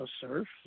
surf